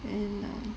and um